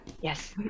Yes